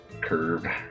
curve